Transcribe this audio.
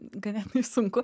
ganėtinai sunku